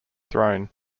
throne